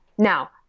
Now